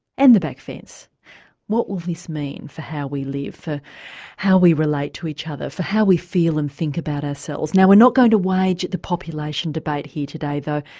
and the back fence what will this mean for how we live? for how we relate to each other, for how we feel and think about ourselves? now we're not going to wage the population debate here today though,